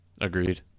Agreed